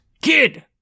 Kid